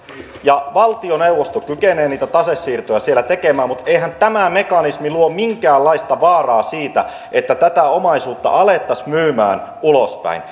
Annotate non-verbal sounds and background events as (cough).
ja valtioneuvosto kykenee niitä tasesiirtoja siellä tekemään mutta eihän tämä mekanismi luo minkäänlaista vaaraa siitä että tätä omaisuutta alettaisiin myymään ulospäin (unintelligible)